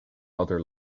other